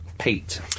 Pete